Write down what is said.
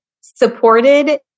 supported